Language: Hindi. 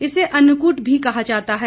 इसे अन्नकूट भी कहा जाता है